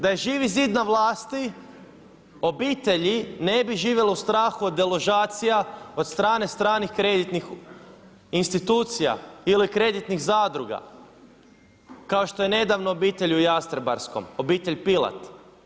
Da je Živi zid na vlasti obitelji ne bi živjele u strahu od deložacija od strane stranih kreditnih institucija ili kreditnih zadruga kao što je nedavno obitelj u Jastrebarskom obitelj Pilat.